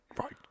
Right